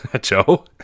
Joe